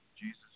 Jesus